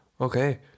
Okay